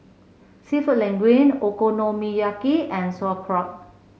seafood Linguine Okonomiyaki and Sauerkraut